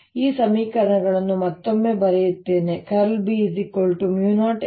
ನಾನು ಈ ಸಮೀಕರಣಗಳನ್ನು ಮತ್ತೊಮ್ಮೆ ಬರೆಯುತ್ತೇನೆ B00E∂t1c2E∂t B ಮತ್ತು ನಾನುE B∂t ಗೆ ಸಮಾನವಾಗಿರುತ್ತದೆ